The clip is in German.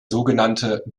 sogenannte